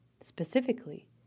specifically